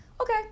okay